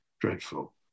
dreadful